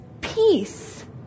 peace